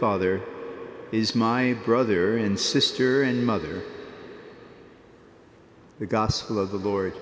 father is my brother and sister and mother the gospel of the board